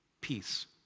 peace